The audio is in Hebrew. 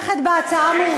תומכת בהצעה, יש להם רמדאן.